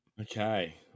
okay